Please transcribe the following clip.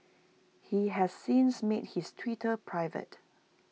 he has since made his Twitter private